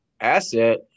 asset